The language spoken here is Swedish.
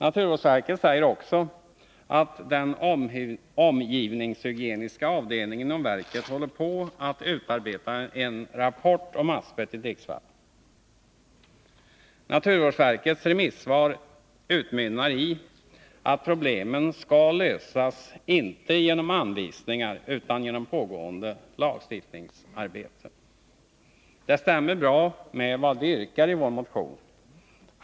Naturvårdsverket säger också att den omgivningshygieniska avdelningen inom verket håller på att utarbeta en rapport om asbest i dricksvatten. Naturvårdsverkets remissvar utmynnar i att problemen skall lösas inte genom anvisningar utan genom pågående lagstiftningsarbete. Det stämmer bra med vad vi yrkar i vår motion.